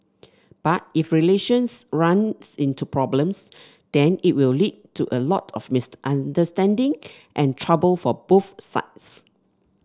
but if relations runs into problems then it will lead to a lot of misunderstanding and trouble for both sides